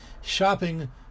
shopping